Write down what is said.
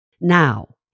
Now